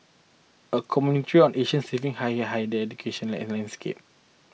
a commentary on Asia's shifting higher hidden education and landscape